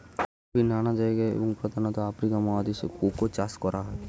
পৃথিবীর নানা জায়গায় এবং প্রধানত আফ্রিকা মহাদেশে কোকো চাষ করা হয়